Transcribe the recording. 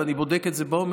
ואני בודק את זה לעומק,